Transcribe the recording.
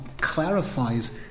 clarifies